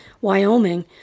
Wyoming